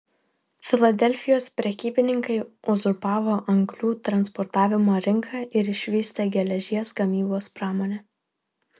filadelfijos prekybininkai uzurpavo anglių transportavimo rinką ir išvystė geležies gamybos pramonę